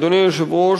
אדוני היושב-ראש,